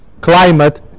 climate